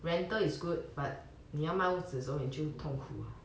rental is good but 你要买屋子的时候你就痛苦